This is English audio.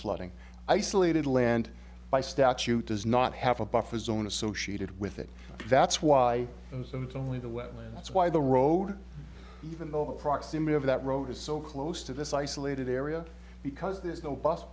flooding isolated land by statute does not have a buffer zone associated with it that's why i'm so it's only the well that's why the road even though the proximity of that road is so close to this isolated area because there is no bus